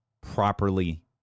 properly